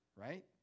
right